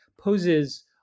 poses